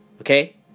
Okay